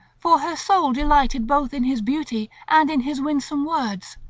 for her soul delighted both in his beauty and in his winsome words,